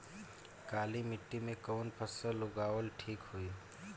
काली मिट्टी में कवन फसल उगावल ठीक होई?